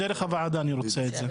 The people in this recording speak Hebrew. דרך הוועדה אני רוצה את זה.